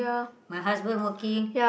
my husband working